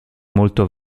molto